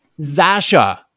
Zasha